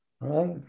right